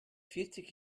vierzig